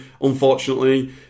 unfortunately